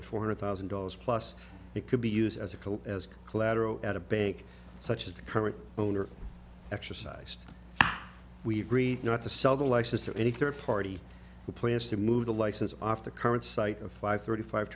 at four hundred thousand dollars plus it could be used as a cold as collateral at a bank such as the current owner exercised we agreed not to sell the license to any third party who plans to move the license off the current site of five thirty five